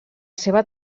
seva